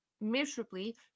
miserably